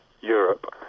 Europe